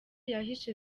yahishe